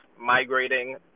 migrating